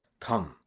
come,